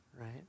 right